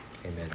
amen